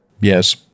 Yes